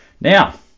Now